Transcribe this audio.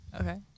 Okay